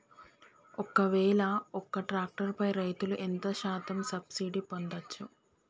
ఒక్కవేల ఒక్క ట్రాక్టర్ పై రైతులు ఎంత శాతం సబ్సిడీ పొందచ్చు?